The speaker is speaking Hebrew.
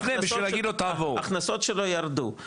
ההכנסות שלו ירדו,